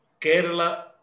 Kerala